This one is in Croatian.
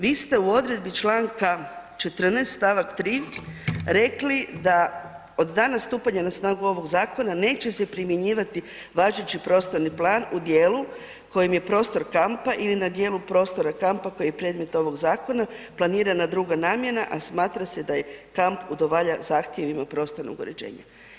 Vi ste u odredbi Članka 14. stavak 3. rekli da od dana stupanja na snagu ovog zakona neće se primjenjivati važeći prostorni plan u dijelu kojim je prostor kampa ili na dijelu prostora kampa koji je predmet ovog zakona planirana druga namjena a smatra se da je kamp udovoljava zahtjevima prostornog uređenja.